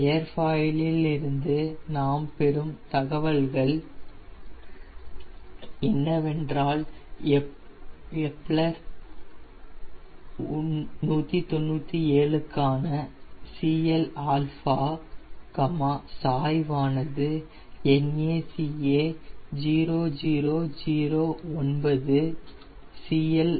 ஏர்ஃபாயிலில் இருந்து நாம் பெறும் தகவல்கள் என்னவென்றால் எப்லர் 197 க்கான Cl சாய்வானது NACA 0009 Cl ஆனது 6